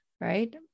right